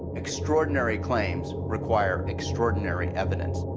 extraordinary claims require extraordinary evidence.